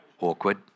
Awkward